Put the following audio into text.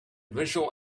visual